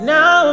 Now